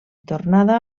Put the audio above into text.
tornada